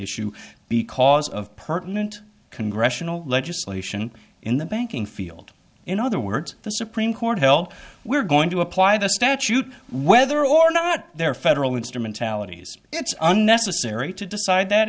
issue because of pertinent congressional legislation in the banking field in other words the supreme court held we're going to apply the statute whether or not there are federal instrumentalities it's unnecessary to decide that